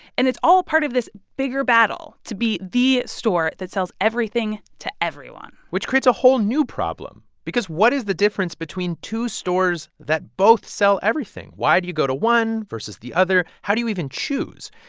and it's all part of this bigger battle to be the store that sells everything to everyone which creates a whole new problem because what is the difference between two stores that both sell everything? why do you go to one versus the other? how do you even choose?